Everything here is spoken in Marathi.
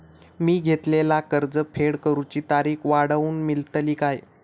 मी घेतलाला कर्ज फेड करूची तारिक वाढवन मेलतली काय?